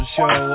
Show